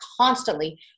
constantly